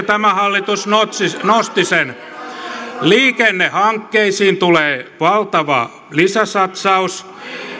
tämä hallitus nosti sen liikennehankkeisiin tulee valtava lisäsatsaus